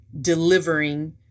delivering